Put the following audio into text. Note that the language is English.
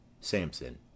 Samson